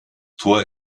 tor